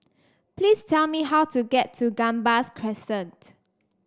please tell me how to get to Gambas Crescent